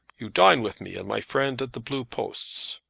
you dine with me and my friend at the blue posts.